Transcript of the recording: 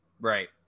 Right